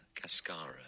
cascara